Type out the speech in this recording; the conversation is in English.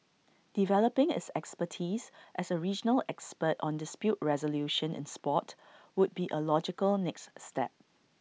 developing its expertise as A regional expert on dispute resolution in Sport would be A logical next step